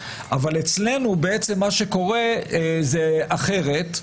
אבל אצלנו מה שקורה זה אחרת,